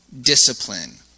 discipline